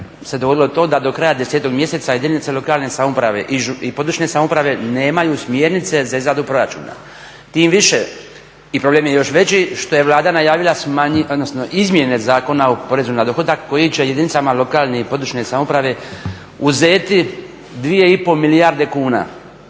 se dogodilo to da do kraja 10.-og mjeseca jedinice lokalne samouprave i područne samouprave nemaju smjernice za izradu proračuna. Tim više i problem je još veći što je Vlada najavila Izmjene zakona o porezu na dohodak koji će jedinicama lokalne i područne samouprave uprave uzeti 2,5 milijarde kuna.